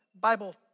Bible